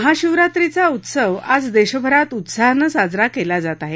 महाशिवरात्रीचा उत्सव आज देशभरात उत्साहानं साजरा कल्ना जात आहे